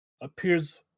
appears